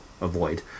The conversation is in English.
avoid